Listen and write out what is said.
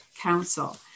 Council